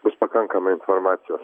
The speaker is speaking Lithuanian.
bus pakankamai informacijos